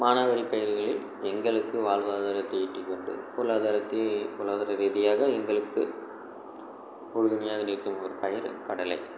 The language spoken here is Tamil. மானாவாரி பயிர்களில் எங்களுக்கு வாழ்வாதாரத்தை ஈட்டிக்கொண்டு பொருளாதாரத்தையும் பொருளாதார ரீதியாக எங்களுக்கு உறுதுணையாக நிற்கும் ஒரு பயிர் கடலை